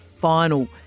final